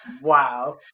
Wow